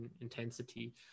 intensity